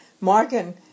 Morgan